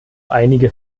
einige